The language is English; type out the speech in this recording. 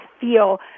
feel